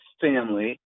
family